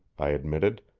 i admitted,